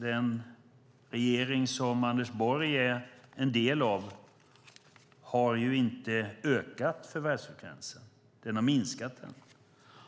Den regering som Anders Borg är en del av har inte ökat förvärvsfrekvensen. Den har minskat den. Den